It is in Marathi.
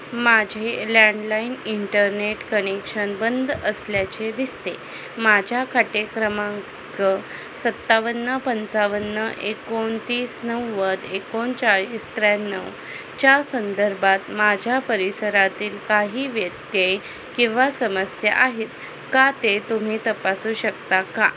माझे एलँडलाईन इंटरनेट कनेक्शण बंद असल्याचे दिसते माझ्या खाते क्रमांक सत्तावन्न पंचावन्न एकोणतीस नव्वद एकोणचाळीस त्र्याण्णव च्या संदर्भात माझ्या परिसरातील काही व्यत्यय किंवा समस्या आहेत का ते तुम्ही तपासू शकता का